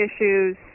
issues